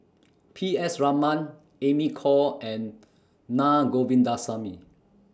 P S Raman Amy Khor and Naa Govindasamy